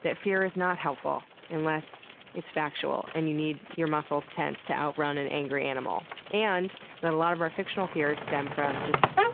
that fear is not helpful unless it's factual and you need your muscles tense to outrun an angry animal. and that a lot of our fictional fears stem from, just,